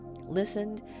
listened